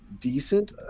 decent